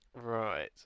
Right